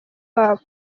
hop